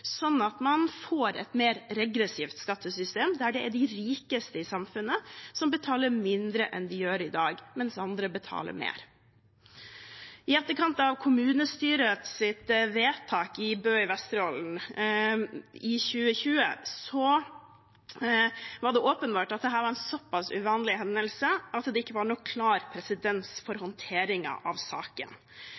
sånn at man får et mer regressivt skattesystem, der de rikeste i samfunnet betaler mindre enn de gjør i dag, mens andre betaler mer. I etterkant av kommunestyrets vedtak i Bø i Vesterålen i 2020 var det åpenbart at dette var en såpass uvanlig hendelse at det ikke var noen klar presedens for håndtering av saken.